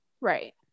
right